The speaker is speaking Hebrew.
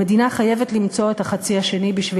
המדינה חייבת למצוא את החצי השני בשביל